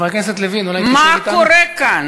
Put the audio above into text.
חבר הכנסת לפיד, אתה הבא בתור.